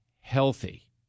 healthy